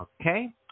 okay